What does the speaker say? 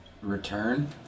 Return